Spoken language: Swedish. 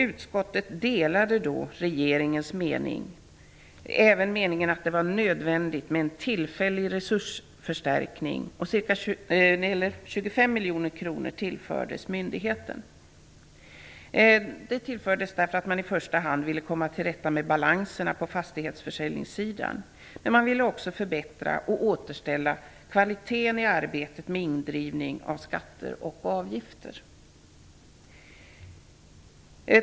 Utskottet delade regeringens mening att det var nödvändigt med en tillfällig resursförstärkning, och 25 miljoner kronor tillfördes myndigheten. I första hand ville man komma till rätta med balanserna på fastighetsförsäljningssidan, men man ville också förbättra och återställa kvaliteten i arbetet med indrivning av skatter och avgifter.